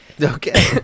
okay